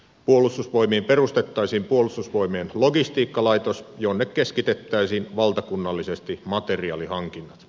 puolustusvoimiin perustettaisiin puolustusvoimien logistiikkalaitos jonne keskitettäisiin valtakunnallisesti materiaalihankinnat